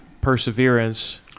perseverance